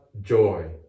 joy